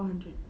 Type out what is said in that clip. four hundred